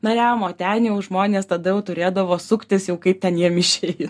nariam o ten jau žmonės tada jau turėdavo suktis jau kaip ten jiem išeina